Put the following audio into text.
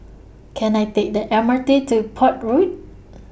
Can I Take The M R T to Port Road